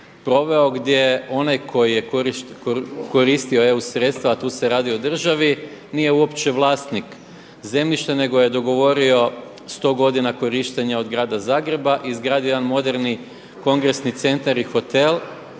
proveo gdje onaj koji je koristio eu sredstva, a tu se radi o državi nije uopće vlasnik zemljišta nego je dogovorio 100 godina korištenja od grada Zagreba i izgradio jedan moderni kongresni centar i hotel,